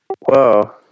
Whoa